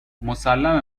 مسلمه